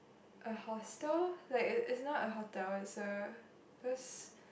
a hostel like it it is not a hotel is a because